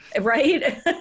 Right